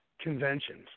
conventions